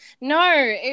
No